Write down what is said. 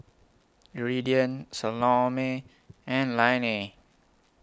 Iridian Salome and Lainey